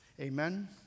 Amen